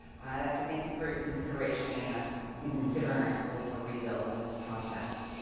i like to thank you for your consideration and us and considering school for rebuild in this process.